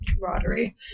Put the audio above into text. camaraderie